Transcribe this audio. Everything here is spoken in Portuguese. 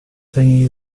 têm